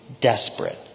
Desperate